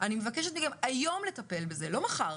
אני מבקשת מכם היום לטפל בזה, לא מחר.